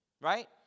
right